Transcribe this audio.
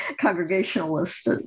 congregationalist